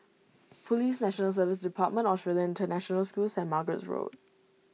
Police National Service Department Australian International School and St Margaret's Road